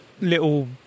little